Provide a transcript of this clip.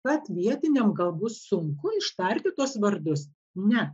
kad vietiniam gal bus sunku ištarti tuos vardus ne